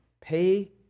Pay